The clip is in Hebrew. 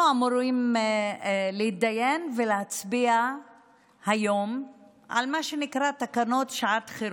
אנחנו אמורים להתדיין ולהצביע היום על מה שנקרא תקנות שעת חירום.